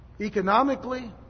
Economically